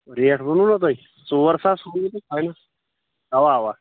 rate ووٚنوٗ نا تۄہہِ ژور ساس ووٚنوٗ تۄہہِ فاینل اوا اوا